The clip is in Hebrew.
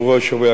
חברי הכנסת,